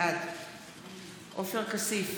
בעד עופר כסיף,